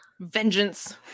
Vengeance